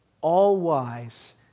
all-wise